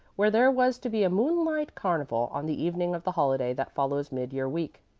where there was to be a moonlight carnival on the evening of the holiday that follows mid-year week.